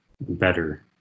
better